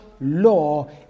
law